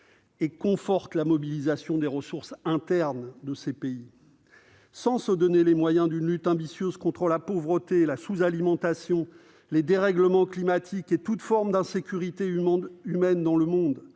qui confortent la mobilisation des ressources internes de ces pays ? Si nous ne nous donnons pas les moyens d'une lutte ambitieuse contre la pauvreté, la sous-alimentation, les dérèglements climatiques et toute forme d'insécurité humaine dans le monde,